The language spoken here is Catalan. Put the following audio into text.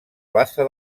plaça